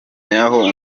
yaho